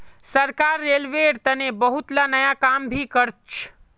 सरकार रेलवेर तने बहुतला नया काम भी करछ